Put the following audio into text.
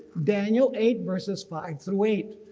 daniel eight verses five through eight.